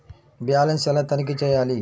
Balance ఎలా తనిఖీ చేయాలి?